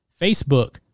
Facebook